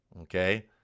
Okay